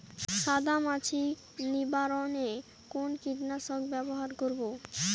সাদা মাছি নিবারণ এ কোন কীটনাশক ব্যবহার করব?